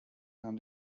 nahm